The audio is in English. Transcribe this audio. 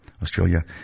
Australia